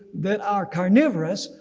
that are carnivorous,